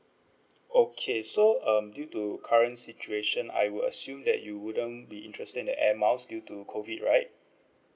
okay so um due to current situation I would assume that you wouldn't be interested in the airmiles due to COVID right